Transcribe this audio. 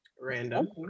random